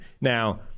Now